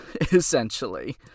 essentially